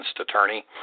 attorney